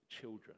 children